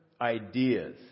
ideas